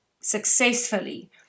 successfully